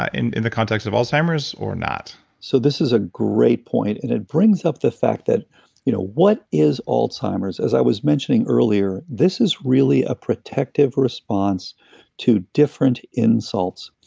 ah in in the context of alzheimer's or not? so this is a great point, and it brings up the fact that you know what is ah alzheimer's? as i was mentioning earlier, this is really a protective response to different insults.